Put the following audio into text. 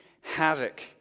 havoc